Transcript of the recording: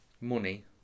Money